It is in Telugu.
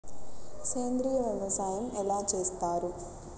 సేంద్రీయ వ్యవసాయం ఎలా చేస్తారు?